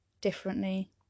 differently